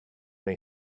may